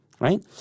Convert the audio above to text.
right